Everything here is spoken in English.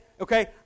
okay